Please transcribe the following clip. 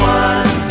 one